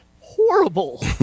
horrible